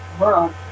world